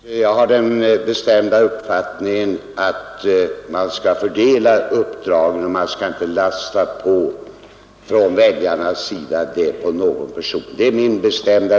Herr talman! Jag har den bestämda uppfattningen att man skall fördela uppdragen och att väljarna inte skall lasta på någon person för mycket.